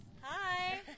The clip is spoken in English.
Hi